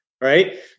right